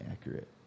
accurate